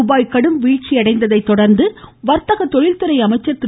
ரூபாய் கடும் வீழ்ச்சியடைந்ததை தொடர்ந்து வர்த்தக தொழில்துறை அமைச்சர் திரு